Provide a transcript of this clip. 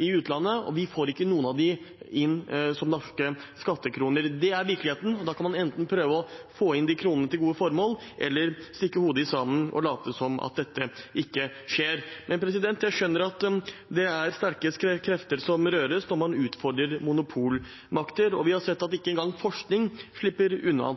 i utlandet, og vi får ikke noen av dem inn som norske skattekroner. Det er virkeligheten. Da kan man enten prøve å få inn de kronene til gode formål, eller stikke hodet i sanden og late som at det ikke skjer. Jeg skjønner at det er sterke krefter som rører seg når man utfordrer monopolmakter, og vi har sett at ikke engang forskning slipper unna.